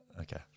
Okay